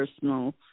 personal